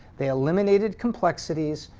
they eliminated complexities,